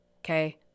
okay